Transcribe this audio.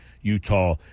Utah